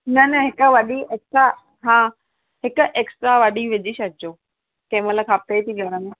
न न हिक वॾी त हा हिक एक्स्ट्रा वॾी विझी छॾिजो कंहिं मइल खपे थी घर में